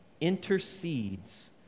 intercedes